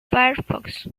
firefox